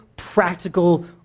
practical